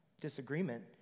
disagreement